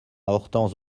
hortense